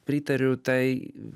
pritariu tai